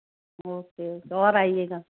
okay और आइयेगा